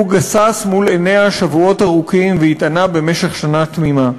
הוא גסס מול עיניה שבועות ארוכים והתענה במשך שנה תמימה,